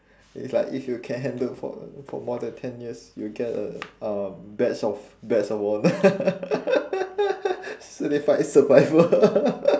it's like if you can handle for for more than ten years you get a um badge of badge of honour certified survival